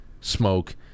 smoke